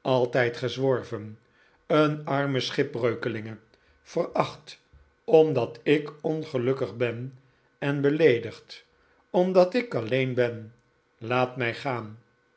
altijd gezworven een arme schipbreukelinge veracht omdat ik ongelukkig ben en beleedigd omdat ik alleen ben laat mij gaan